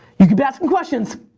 you keep asking questions,